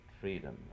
freedom